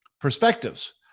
perspectives